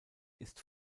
ist